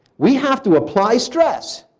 we have to apply stress,